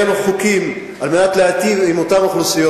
וכשהעלינו חוקים על מנת להטיב עם אותן אוכלוסיות,